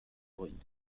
brunes